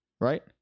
Right